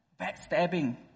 backstabbing